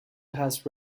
has